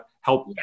help